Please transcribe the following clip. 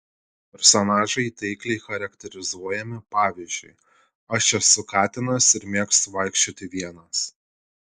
personažai taikliai charakterizuojami pavyzdžiui aš esu katinas ir mėgstu vaikščioti vienas